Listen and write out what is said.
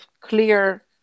clear